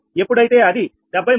ఎప్పుడైతే అది 73